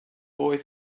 boy